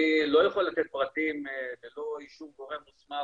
אני לא יכול לתת פרטים בלא אישור גורם מוסמך